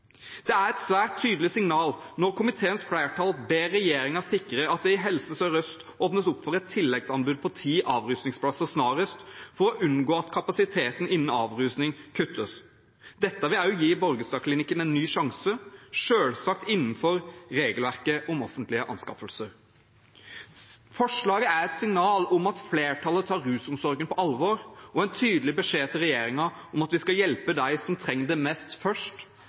Det er et svært tydelig signal når komiteens flertall ber regjeringen sikre at det i Helse Sør-Øst åpnes opp for et tilleggsanbud på ti avrusningsplasser snarest for å unngå at kapasiteten innen avrusning kuttes. Dette vil også gi Borgestadklinikken en ny sjanse – selvsagt innenfor regelverket om offentlige anskaffelser. Forslaget er et signal om at flertallet tar rusomsorgen på alvor, og en tydelig beskjed til regjeringen om at vi skal hjelpe dem som trenger det mest, først,